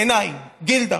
בעיניי, גילדה.